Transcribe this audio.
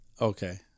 Okay